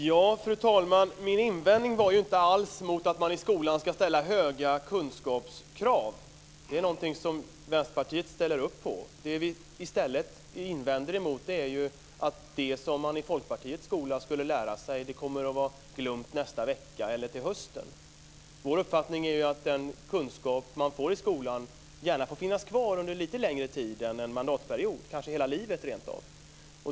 Fru talman! Min invändning gällde inte alls att man i skolan ska ställa höga kunskapskrav. Det är någonting som Vänsterpartiet ställer upp på. Det som vi invänder mot är att det som man i Folkpartiets skola skulle lära sig kommer att vara glömt nästa vecka eller till hösten. Vår uppfattning är att den kunskap som man får i skolan gärna får finnas kvar under en lite längre tid än en mandatperiod, kanske rent av hela livet.